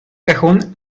cajón